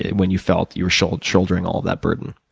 when you felt you shouldering shouldering all of that burden?